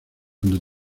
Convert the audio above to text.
cuando